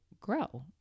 grow